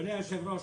אדוני היושב-ראש,